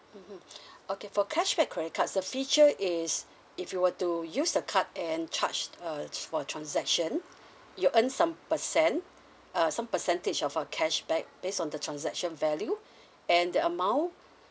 mmhmm okay for cashback credit cards the feature is if you were to use the card and charge uh for transaction you earn some percent uh some percentage of a cashback based on the transaction value and the amount